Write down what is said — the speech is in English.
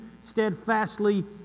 steadfastly